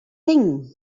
thing